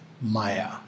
Maya